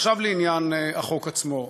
עכשיו לעניין החוק עצמו.